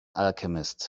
alchemist